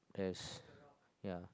there's yeah